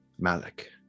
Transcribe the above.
Malik